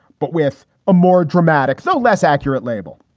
but with a more dramatic, though less accurate label.